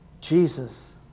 Jesus